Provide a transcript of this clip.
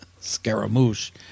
Scaramouche